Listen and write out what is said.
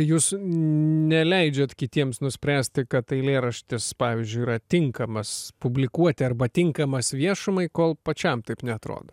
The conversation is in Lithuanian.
jūs neleidžiat kitiems nuspręsti kad eilėraštis pavyzdžiui yra tinkamas publikuoti arba tinkamas viešumai kol pačiam taip neatrodo